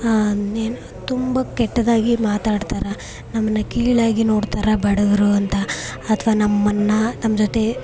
ಏನು ತುಂಬ ಕೆಟ್ಟದಾಗಿ ಮಾತಾಡ್ತಾರೆ ನಮ್ಮನ್ನು ಕೀಳಾಗಿ ನೋಡ್ತಾರೆ ಬಡವರು ಅಂತ ಅಥ್ವಾ ನಮ್ಮನ್ನು ನಮ್ಮ ಜೊತೆ